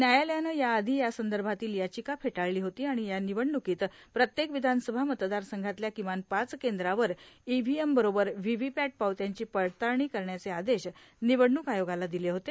न्यायालयानं याआधी यासंदभातला यार्याचका फेटाळलो होती आीण या ीनवडणुकीत प्रत्येक ीवधानसभा मतदार संघातल्या ीकमान पाच कद्रांवर ईव्हीएम बरोबर व्हीव्हीपॅट पावत्यांची पडताळणी करण्याचे आदेश निवडणूक आयोगाला दिले होते